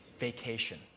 Vacation